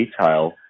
detail